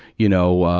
you know,